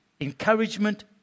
Encouragement